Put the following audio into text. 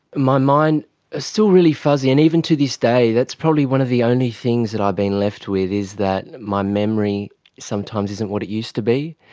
my mind was ah still really fuzzy, and even to this day that's probably one of the only things that i've been left with, is that my memory sometimes isn't what it used to be.